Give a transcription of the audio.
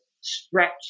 stretch